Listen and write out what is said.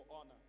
honor